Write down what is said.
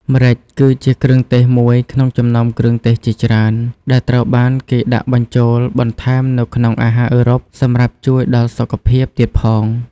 ម្រេច គឺជាគ្រឿងទេសមួយ ក្នុងចំណោមគ្រឿងទេសជាច្រើន ដែលត្រូវគេបានដាក់បញ្ចូល បន្ថែមនៅក្នុងអាហារអឺរ៉ុប សម្រាប់ជួយដល់សុខភាពទៀតផង។